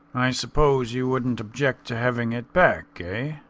i suppose you wouldn't object to having it back, ah?